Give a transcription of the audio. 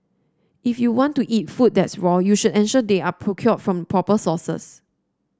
if you want to eat food that's raw you should ensure they are procured from proper sources